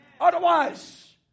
Otherwise